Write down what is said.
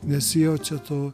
nesijaučia to